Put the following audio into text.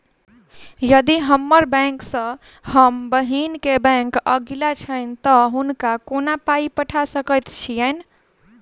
यदि हम्मर बैंक सँ हम बहिन केँ बैंक अगिला छैन तऽ हुनका कोना पाई पठा सकैत छीयैन?